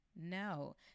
No